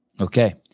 Okay